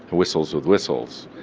ah whistles with whistles,